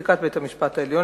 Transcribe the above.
פסיקת בית-המשפט העליון,